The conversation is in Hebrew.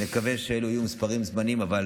נקווה שאלו יהיו מספרים זמניים, אבל